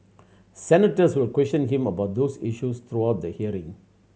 senators will question him about those issues throughout the hearing